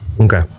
Okay